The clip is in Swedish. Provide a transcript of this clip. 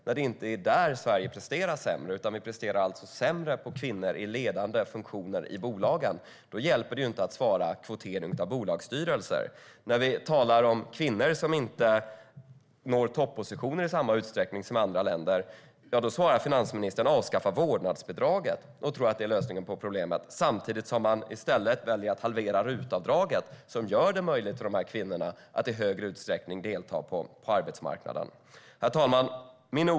När det inte är där Sverige presterar sämre - vi presterar alltså sämre när det gäller kvinnor i ledande funktioner i bolagen - hjälper det inte att svara med kvotering av bolagsstyrelser. När vi talar om kvinnor som inte når toppositioner i samma utsträckning som i andra länder svarar finansministern att vi ska avskaffa vårdnadsbidraget och tror att det är lösningen på problemet - samtidigt som man väljer att halvera RUT-avdraget, som gör det möjligt för de här kvinnorna att i större utsträckning delta på arbetsmarknaden. Herr talman!